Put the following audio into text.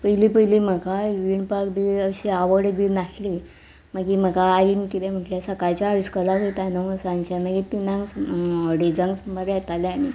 पयलीं पयलीं म्हाका विणपाक बी अशी आवड बी नाहली मागीर म्हाका आईन कितें म्हटल्यार सकाळच्या इस्कोलाक वयता न्हू सांजच्यान मागीर तिनांक अर्डिजांक सुमार येतालें आनी